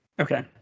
Okay